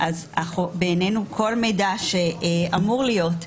בעינינו כל מידע שאמור להיות,